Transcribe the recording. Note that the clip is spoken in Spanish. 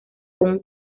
con